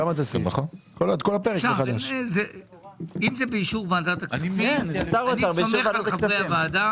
אם זה באישור ועדת הכספים אני סומך על חברי הוועדה